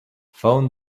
phone